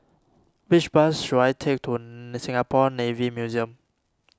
which bus should I take to Singapore Navy Museum